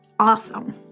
Awesome